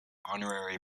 honorary